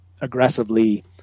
aggressively